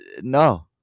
No